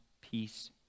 peace